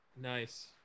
Nice